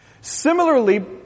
Similarly